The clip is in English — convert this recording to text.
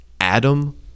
Adam